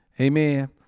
Amen